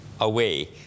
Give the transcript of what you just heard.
away